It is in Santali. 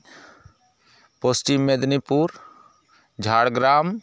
ᱯᱚᱥᱪᱤᱢ ᱢᱮᱫᱱᱤᱯᱩᱨ ᱡᱷᱟᱲᱜᱨᱟᱢ